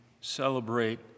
celebrate